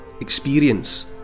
experience